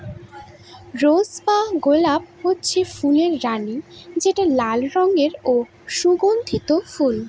rose বা গলাপ হচ্ছে ফুলের রানী যেটা লাল রঙের ও সুগন্ধি ফুল